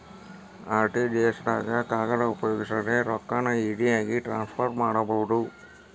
RTGS ದಾಗ ಕಾಗದ ಉಪಯೋಗಿಸದೆ ರೊಕ್ಕಾನ ಈಜಿಯಾಗಿ ಟ್ರಾನ್ಸ್ಫರ್ ಮಾಡಬೋದು